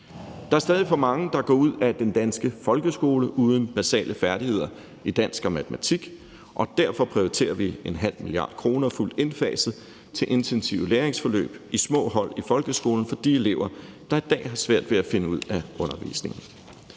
Der er stadig for mange, der går ud af den danske folkeskole uden basale færdigheder i dansk og matematik, og derfor prioriterer vi 0,5 mia. kr. fuldt indfaset til intensive læringsforløb i små hold i folkeskolen for de elever, der i dag har svært ved at finde ud af undervisningen.